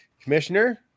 Commissioner